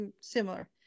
similar